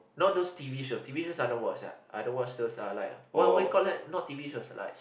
you know those t_v show t_v show I don't watch ah I don't watch those uh like what what you call that not t_v shows like